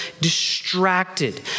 distracted